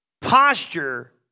posture